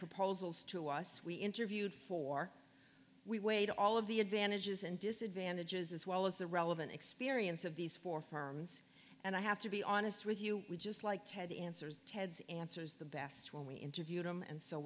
proposals to us we interviewed for we weighed all of the advantages and disadvantages as well as the relevant experience of these four firms and i have to be honest with you just like ted answers ted's answers the best when we interviewed him and so